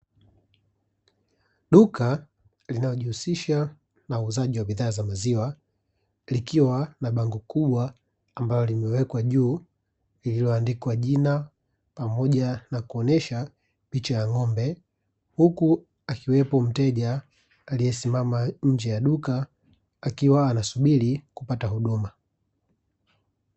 Duka linalojihusisha na uuzaji wa bidhaa za maziwa, likiwa na bango kubwa ambalo limewekwa juu liliondikwa jina pamoja na kuonesha picha ya ng’ombe. Huku akiwepo mteja aliesimama nje ya duka akiwa anasubiri kupata huduma.